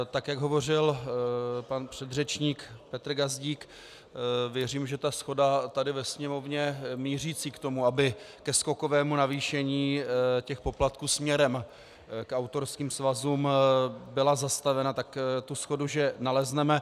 Tak jak hovořil pan předřečník Petr Gazdík, věřím, že ta shoda tady ve Sněmovně mířící k tomu, aby ke skokovému navýšení poplatků směrem k autorským svazům, byla zastavena, tak tu shodu že nalezneme.